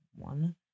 One